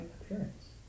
appearance